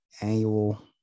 annual